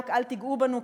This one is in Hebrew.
רק אל תיגעו בנו,